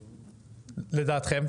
לדעתכם,